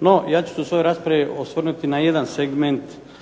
No ja ću se u svojoj raspravi osvrnuti na jedan segment